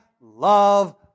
love